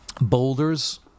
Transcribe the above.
boulders